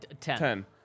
Ten